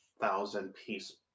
thousand-piece